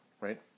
right